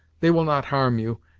they will not harm you,